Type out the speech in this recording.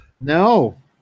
No